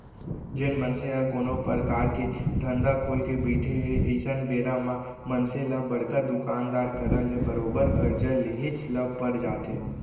जेन मनसे ह कोनो परकार के धंधा खोलके बइठे हे अइसन बेरा म मनसे ल बड़का दुकानदार करा ले बरोबर करजा लेहेच ल पर जाथे